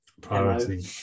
priority